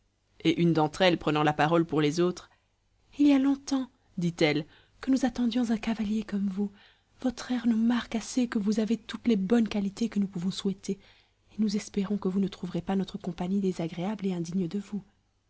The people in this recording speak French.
et une d'entre elles prenant la parole pour les autres il y a longtemps dit-elle que nous attendions un cavalier comme vous votre air nous marque assez que vous avez toutes les bonnes qualités que nous pouvons souhaiter et nous espérons que vous ne trouverez pas notre compagnie désagréable et indigne de vous